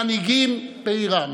מנהיגים בעירם,